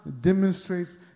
demonstrates